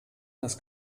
das